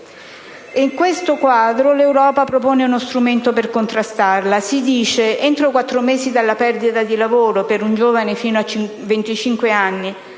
negative. L'Europa propone uno strumento per contrastare questo quadro. Si dice che, entro quattro mesi dalla perdita di lavoro per un giovane fino a 25 anni